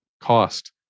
cost